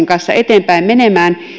kanssa eteenpäin menemään että